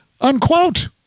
Unquote